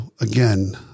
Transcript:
again